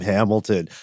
Hamilton